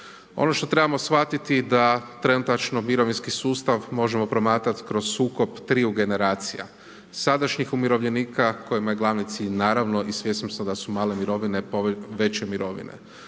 Ono što trebamo shvatiti da trenutačno mirovinski sustav možemo promatrati kroz sukob triju generacija. Sadašnjih umirovljenika kojima je glavni cilj naravno i svjesni smo da su male mirovine veće mirovine.